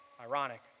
Ironic